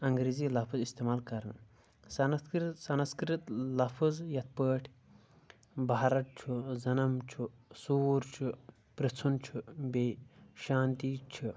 انگریٖزی لفٕظ استعمال کران سنسکرت سنسکرت لفٕظ یتھ پٲٹھۍ بھارت چھُ ضنم چھُ سوٗر چھُ پرُژھُن چھُ بیٚیہِ شانتی چھِ